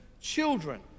children